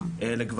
לגברים טרנסים.